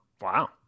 wow